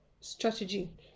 strategy